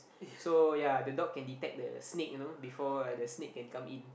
so yea the dog can detect the snake you know before uh the snake can come in